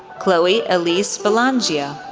chloe elise belangia,